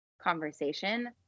conversation